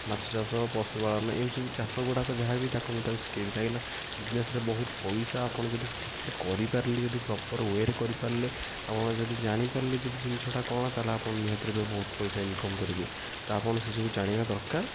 ମାଛ ଚାଷ ପଶୁ ପାଳନ ଏମିତି ସବୁ ଚାଷ ଗୁଡ଼ାକ ଯାହା ବି ତାକୁ ମୁଁ ତାକୁ ଶିଖାଇବି କାହିଁକି ନା ବିଜନେସ୍ରେ ବହୁତ ପଇସା ଆପଣ ଯଦି ଠିକ୍ସେ କରିପାରିଲେ ଯଦି ପ୍ରୋପର୍ ୱେରେ କରିପାରିଲେ ଆପଣ ଯଦି ଜାଣିପାରିଲେ ଯଦି ସେ ଜିନିଷଟା କ'ଣ ତାହାହେଲେ ଆପଣ ନିହାତି ରୂପେ ଆପଣ ବହୁତ ପଇସା ଇନକମ୍ କରିପାରିବେ ତ ଆପଣ ସେ ସବୁ ଜାଣିବା ଦରକାର